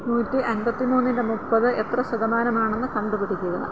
നൂറ്റി അൻപത്തി മൂന്നിൻ്റെ മുപ്പത് എത്ര ശതമാനമാണെന്ന് കണ്ടുപിടിക്കുക